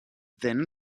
then